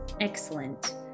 Excellent